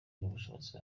n’ubushobozi